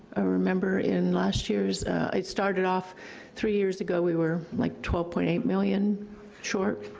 i remember, in last year's, ah, it started off three years ago, we were like twelve point eight million short?